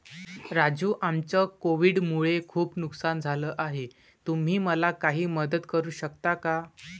राजू आमचं कोविड मुळे खूप नुकसान झालं आहे तुम्ही मला काही मदत करू शकता का?